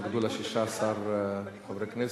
התנגדו לה 16 חברי כנסת,